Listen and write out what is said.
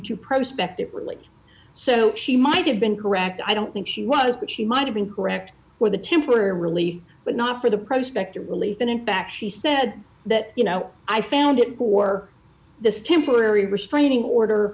to prospect it really so she might have been correct i don't think she was but she might have been correct where the temporary relief but not for the prospect of relief and in fact she said that you know i found it for this temporary restraining order